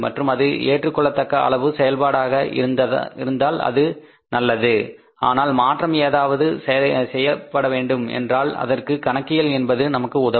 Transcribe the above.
மற்றும் அது ஏற்றுக்கொள்ளத்தக்க அளவு செயல்பாடாக இருந்தாள் அது நல்லது ஆனால் மாற்றம் ஏதாவது செய்யப்பட வேண்டும் என்றால் அதற்கு கணக்கியல் என்பது நமக்கு உதவும்